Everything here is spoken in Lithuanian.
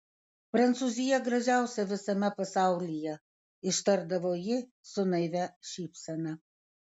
prancūzija gražiausia visame pasaulyje ištardavo ji su naivia šypsena